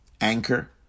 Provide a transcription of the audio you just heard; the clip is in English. Anchor